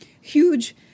huge